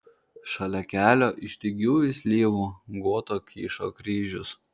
šalia kelio iš dygiųjų slyvų guoto kyšo kryžius